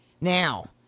Now